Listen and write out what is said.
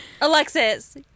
Alexis